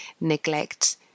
neglect